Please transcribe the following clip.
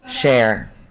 Share